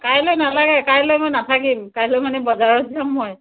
কাইলৈ নালাগে কাইলৈ মই নাথাকিম কাইলৈ মানে বজাৰত যাম মই